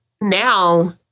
now